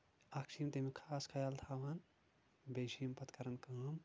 اکھ چھِ یِم تَمیُک خاص خیال تھاوان بیٚیہِ چھِ یِم پَتہٕ کران کٲم